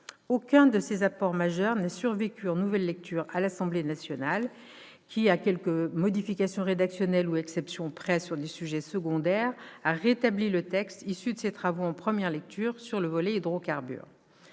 Aucun de ces apports majeurs n'a survécu en nouvelle lecture à l'Assemblée nationale qui, à quelques modifications rédactionnelles ou exceptions près sur des sujets secondaires, a rétabli le texte issu de ses travaux en première lecture sur le volet « hydrocarbures